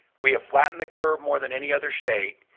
we have flattened the curve more than any other state.